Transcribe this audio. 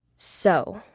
so,